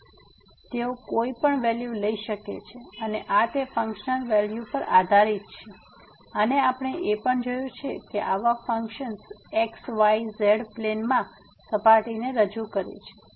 તેથી તેઓ કોઈપણ વેલ્યુ લઈ શકે છે અને આ તે ફંકશનલ વેલ્યુ પર આધારિત છે અને આપણે એ પણ જોયું છે કે આવા ફંકશન્સ xyz પ્લેન માં સપાટીને રજૂ કરે છે